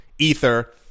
Ether